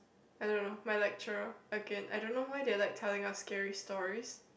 I don't know my lecturer again I don't know why they are like telling us scary stories